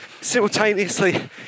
simultaneously